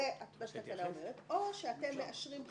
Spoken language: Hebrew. או שאתם מאשרים בחירה.